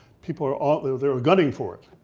people are out, they are they are gunning for it.